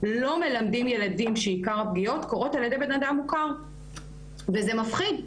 לא מלמדים ילדים שעיקר הפגיעות קורות על ידי בן אדם מוכר וזה מפחיד.